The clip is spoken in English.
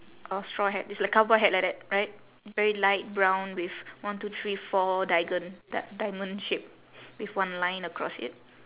or straw hat it's like cowboy hat like that right very light brown with one two three four diagon~ di~ diamond shape with one line across it